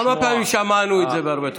כמה פעמים שמענו את זה, בהרבה תחומים?